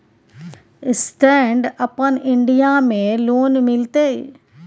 Stand अपन India में loan मिलते?